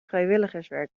vrijwilligerswerk